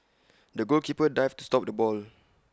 the goalkeeper dived to stop the ball